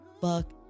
Fuck